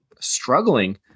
struggling